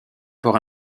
port